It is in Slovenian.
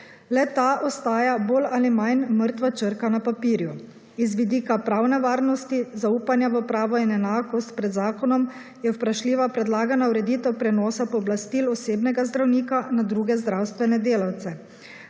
Le-ta ostaja bolj ali manj mrtva črka na papirju. Iz vidika pravne varnosti zaupanja v pravo in enakost pred zakonom je vprašljiva predlagana ureditev prenosa pooblastil osebnega zdravnika na druge zdravstvene delavce.